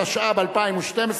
התשע"ב 2012,